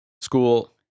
school